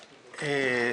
אדוני.